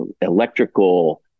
electrical